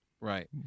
right